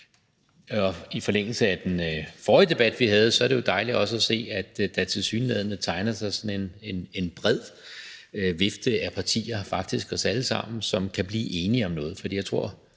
dag. I forlængelse af den forrige debat, vi havde, er det jo dejligt også at se, at der tilsyneladende tegner sig sådan en bred vifte af partier – faktisk os alle sammen – som kan blive enige om noget. For jeg tror,